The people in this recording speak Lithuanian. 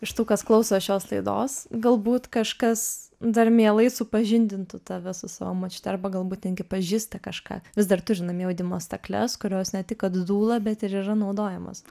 iš tų kas klauso šios laidos galbūt kažkas dar mielai supažindintų tave su savo močiute arba galbūt netgi pažįsta kažką vis dar turi namie audimo stakles kurios ne tik kad dūla bet ir yra naudojamos